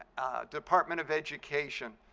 department of education.